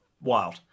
Wild